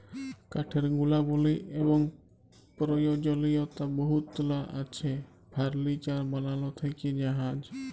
কাঠের গুলাবলি এবং পরয়োজলীয়তা বহুতলা আছে ফারলিচার বালাল থ্যাকে জাহাজ